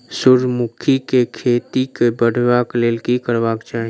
सूर्यमुखी केँ खेती केँ बढ़ेबाक लेल की करबाक चाहि?